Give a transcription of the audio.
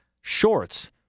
shorts